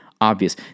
obvious